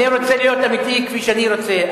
אל, אני רוצה להיות אמיתי, כפי שאני רוצה.